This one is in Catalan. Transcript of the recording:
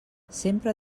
sempre